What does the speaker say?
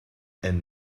and